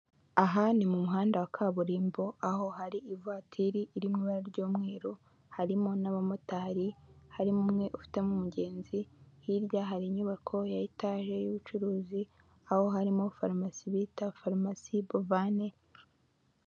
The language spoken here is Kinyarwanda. Aha ni mu muhanda wa kaburimbo, aho hari ivatiri iri mu ibara ry'umweru, harimo n'abamotari, harimo umwe ufitemo umugenzi, hirya hari inyubako ya etaje y'ubucuruzi, aho harimo farumasi bita farumasi Bovani.